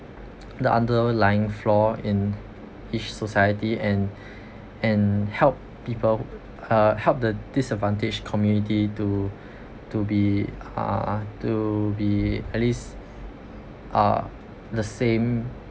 the underlying flaw in each society and and help people uh help the disadvantaged community to to be uh to be at least uh the same